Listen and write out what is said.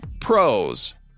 Pros